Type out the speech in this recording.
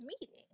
meeting